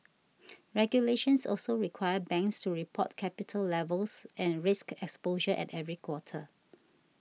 regulations also require banks to report capital levels and risk exposure at every quarter